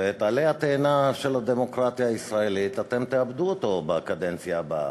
ואת עלה התאנה של הדמוקרטיה הישראלית אתם תאבדו בקדנציה הבאה.